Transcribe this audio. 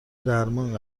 درمان